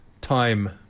Time